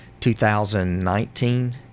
2019